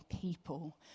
people